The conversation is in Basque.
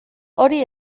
hori